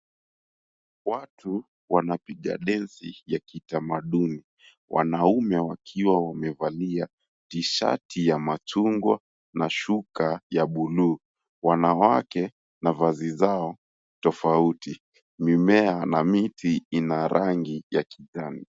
Watu wanapiga densi ya kitamaduni wanaume wakiwa wamevalia t-shirt ya machungwa na shuka ya buluu, wanawake mavazi zao tofauti. Mimea na miti ina rangi ya kijani.